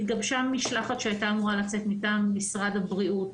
התגבשה משלחת שהייתה אמורה לצאת מטעם משרד הבריאות,